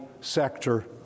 sector